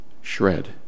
shred